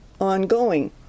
ongoing